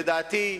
לדעתי,